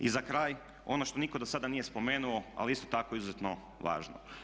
I za kraj, ono što nitko do sada nije spomenuo ali je isto tako izuzetno važno.